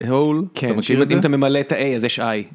כן אם אתה ממלא את האיי אז יש איי.